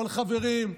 אבל חברים,